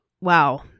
Wow